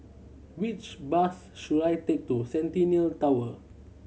which bus should I take to Centennial Tower